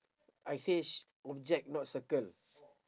I say sh~ object not circle